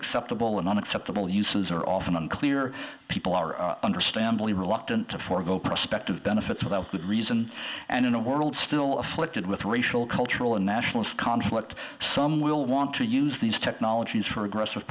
acceptable and unacceptable uses are often unclear people are understandably reluctant to forego prospective benefits without good reason and in a world still afflicted with racial cultural and nationalist conflict some will want to use these technologies for aggressive